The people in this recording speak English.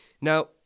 Now